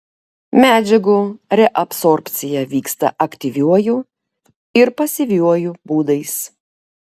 medžiagų reabsorbcija vyksta aktyviuoju ir pasyviuoju būdais